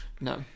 No